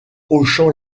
hochant